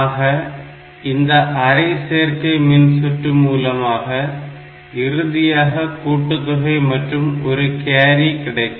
ஆக இந்த அரை சேர்க்கை மின்சுற்று மூலமாக இறுதியான கூட்டுத்தொகை மற்றும் ஒரு கேரி கிடைக்கும்